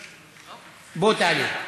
בואי, תעלי.